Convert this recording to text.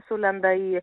sulenda į